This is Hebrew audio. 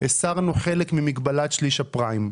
הסרנו חלק ממגבלת שליש הפריים.